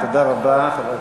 תודה רבה, חבר הכנסת אייכלר.